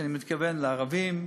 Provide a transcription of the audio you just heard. שאני מתכוון לערבים.